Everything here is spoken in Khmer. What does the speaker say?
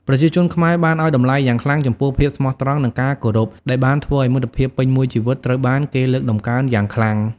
ប្រជាជនខ្មែរបានឲ្យតម្លៃយ៉ាងខ្លាំងចំពោះភាពស្មោះត្រង់និងការគោរពដែលបានធ្វើឲ្យមិត្តភាពពេញមួយជីវិតត្រូវបានគេលើកតម្កើងយ៉ាងខ្លាំង។